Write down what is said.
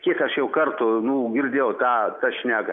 kiek aš jau kartų nū girdėjau tą tą šneką